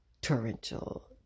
torrential